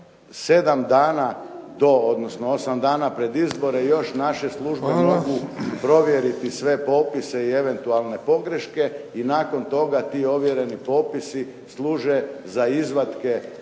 7 dana do odnosno 8 dana pred izbore još naše službe mogu provjeriti sve popise i eventualne pogreške i nakon toga ti ovjereni popisi služe za izvatke